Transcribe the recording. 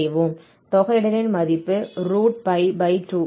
தொகையிடலின் மதிப்பு 2